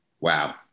Wow